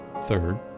Third